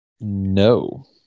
No